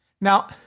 Now